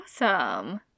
awesome